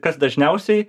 kas dažniausiai